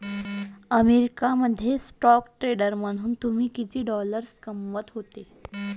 America मध्ये stock trader म्हणून तुम्ही किती डॉलर्स कमावत होते